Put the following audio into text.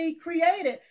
created